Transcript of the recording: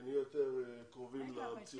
את יודעת מה?